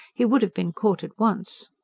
he would have been caught at once.